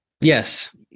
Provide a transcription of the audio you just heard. Yes